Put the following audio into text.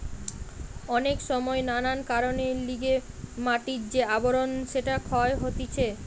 অনেক সময় নানান কারণের লিগে মাটির যে আবরণ সেটা ক্ষয় হতিছে